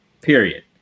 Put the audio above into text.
period